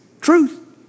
Truth